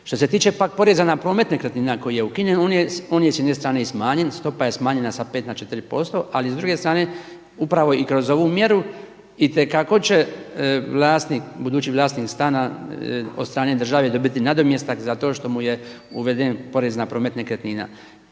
Što se tiče pak poreza na promet nekretnina koji je ukinjen on je s jedne strane i smanjen. Stopa je smanjena sa pet na četiri posto, ali s druge strane upravo i kroz ovu mjeru itekako će vlasnik, budući vlasnik stana od strane države dobiti nadomjestak zato što mu je uveden porez na promet nekretnina.